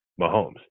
Mahomes